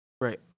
Right